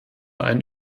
ein